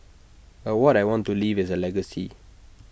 but what I want to leave is A legacy